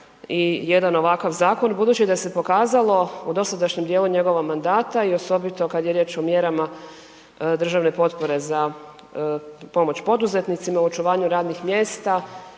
i jedan ovakav zakon. Budući da se pokazalo u dosadašnjem dijelu njegova mandata i osobito kad je riječ o mjerama državne potpore za pomoć poduzetnicima u očuvanju radnih mjesta